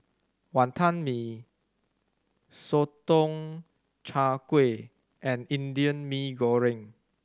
Wantan Mee Sotong Char Kway and Indian Mee Goreng